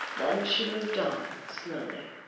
then she moved on, slowly.